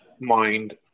mind